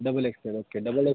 double excel okay double x